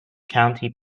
county